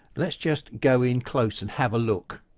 let's just go in close and have a look.